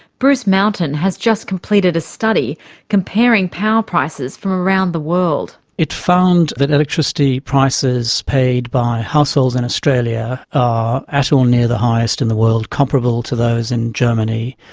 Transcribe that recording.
bruce mountain has just completed a study comparing power prices from around the world. it found that electricity prices paid by households in australia are at or near the highest in the world, comparable to those in germany,